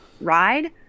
ride